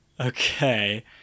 okay